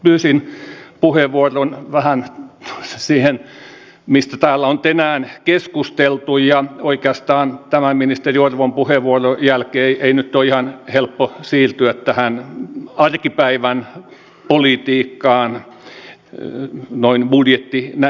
pyysin puheenvuoron vähän siihen mistä täällä on tänään keskusteltu ja oikeastaan tämän ministeri orvon puheenvuoron jälkeen ei nyt ole ihan helppo siirtyä tähän arkipäivän politiikkaan noin budjettinäkökulmasta